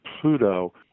Pluto